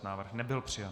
Návrh nebyl přijat.